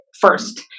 first